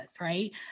right